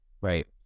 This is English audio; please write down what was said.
Right